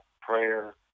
prayer